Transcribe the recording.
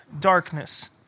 darkness